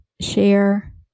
Share